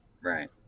Right